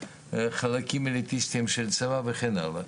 לחלקים אלטיסטיים של צבא וכן הלאה.